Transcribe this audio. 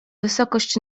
wysokość